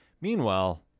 Meanwhile